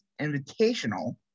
Invitational